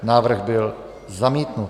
Návrh byl zamítnut.